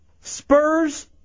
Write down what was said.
Spurs